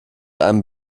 einem